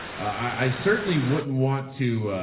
i certainly wouldn't want to,